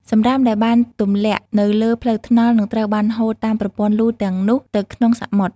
សំរាមដែលបានទម្លាក់នៅលើផ្លូវថ្នល់ នឹងត្រូវបានហូរតាមប្រព័ន្ធលូទាំងនោះទៅក្នុងសមុទ្រ។